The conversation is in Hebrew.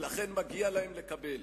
ולכן מגיע להם לקבל.